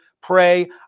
pray